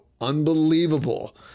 unbelievable